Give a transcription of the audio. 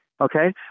Okay